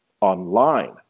online